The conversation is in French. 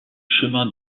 chemin